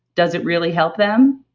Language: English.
does it really help them?